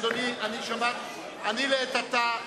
אדוני היושב-ראש,